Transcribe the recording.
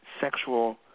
sexual